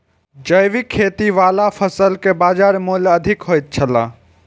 जैविक खेती वाला फसल के बाजार मूल्य अधिक होयत छला